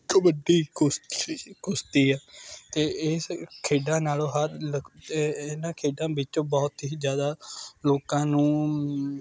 ਕਬੱਡੀ ਕੁਸ਼ਤੀ ਕੁਸ਼ਤੀ ਅਤੇ ਇਸ ਖੇਡਾਂ ਨਾਲੋਂ ਹਰ ਇਨ੍ਹਾਂ ਖੇਡਾਂ ਵਿੱਚੋਂ ਬਹੁਤ ਹੀ ਜ਼ਿਆਦਾ ਲੋਕਾਂ ਨੂੰ